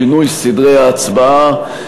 שינוי סדרי ההצבעה),